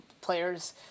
Players